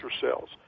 cells